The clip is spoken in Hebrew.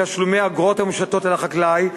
תשלומי אגרות המושתות על החקלאי,